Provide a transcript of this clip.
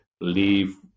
leave